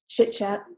chit-chat